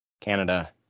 Canada